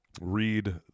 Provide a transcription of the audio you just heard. read